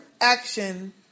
action